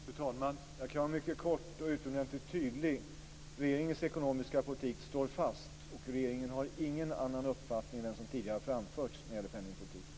Fru talman! Jag kan vara mycket kort och utomordentligt tydlig. Regeringens ekonomiska politik står fast. Regeringen har ingen annan uppfattning än den som tidigare framförts när det gäller penningpolitiken.